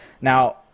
now